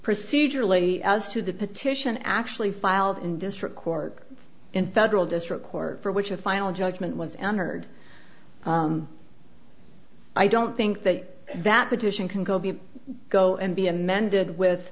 procedurally as to the petition actually filed in district court in federal district court for which a final judgment was entered i don't think that that petition can go be go and be amended with